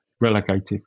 relegated